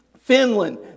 Finland